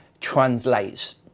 translates